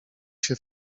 się